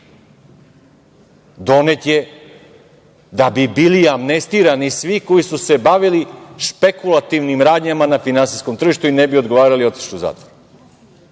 Donet je da bi bili amnestirani svi koji su se bavili špekulativnim radnjama na finansijskom tržištu i ne bi odgovarali i otišli u zatvor.